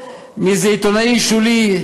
מאיזה עיתונאי שולי,